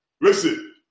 Listen